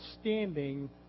standing